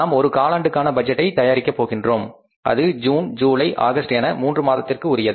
நாம் ஒரு காலாண்டுக்கான பட்ஜெட்டை தயாரிக்கப் போகிறோம் அது ஜூன் ஜூலை ஆகஸ்ட் என மூன்று மாதத்திற்கு உரியது